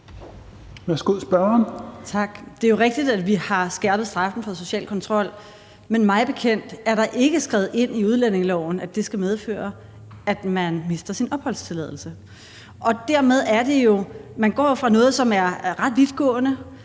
Vermund (NB): Det er rigtigt, at vi har skærpet straffen for social kontrol, men mig bekendt er der ikke skrevet ind i udlændingeloven, at det skal medføre, at man mister sin opholdstilladelse. Dermed går man fra noget, der er ret vidtgående,